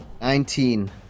Nineteen